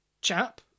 chap